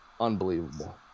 unbelievable